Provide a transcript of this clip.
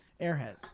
Airheads